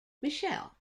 michelle